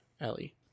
Ellie